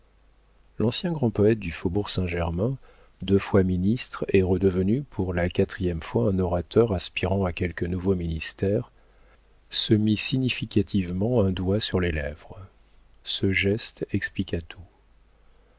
l'ancien grand poëte du faubourg saint-germain deux fois ministre et redevenu pour la quatrième fois un orateur aspirant à quelque nouveau ministère se mit significativement un doigt sur les lèvres ce geste expliqua tout